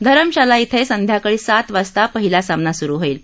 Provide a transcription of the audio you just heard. धरमशाला इथं संध्याकाळी सात वाजता पहिला सामना सुरु होईल